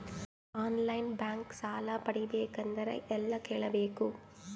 On line bank ಸಾಲ ಪಡಿಬೇಕಂದರ ಎಲ್ಲ ಕೇಳಬೇಕು?